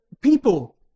people